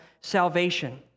salvation